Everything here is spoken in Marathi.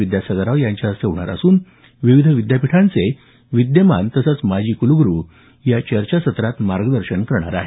विद्यासागर राव यांच्या हस्ते होणार असून विविध विद्यापीठांचे विद्यमान तसंच माजी कुलगुरू या चर्चासत्रात मार्गदर्शन करणार आहेत